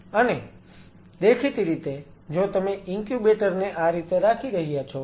અને દેખીતી રીતે જો તમે ઇન્ક્યુબેટર ને આ રીતે રાખી રહ્યા છો